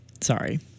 Sorry